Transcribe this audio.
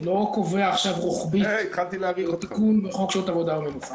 אני לא קובע עכשיו רוחבית וזה לא תיקון בחוק שעות עבודה ומנוחה.